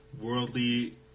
worldly